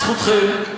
זכותכם.